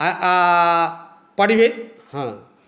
आ आ परी हँ